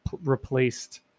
replaced